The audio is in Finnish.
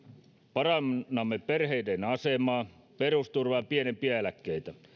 parannamme perheiden asemaa perusturvaa ja pienimpiä eläkkeitä